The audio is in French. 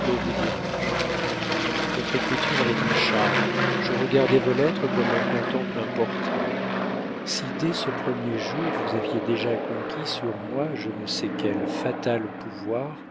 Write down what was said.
que vous dirai-je votre écriture avait un charme je regardais vos lettres comme on contemple un portrait si dès ce premier jour vous aviez déjà conquis sur moi je ne sais quel fatal pouvoir